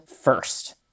first